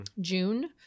June